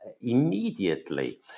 immediately